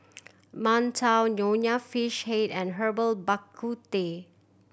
Mantou Nonya Fish Head and Herbal Bak Ku Teh